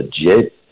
legit